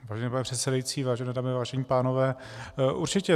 Vážený pane předsedající, vážené dámy, vážení pánové, určitě.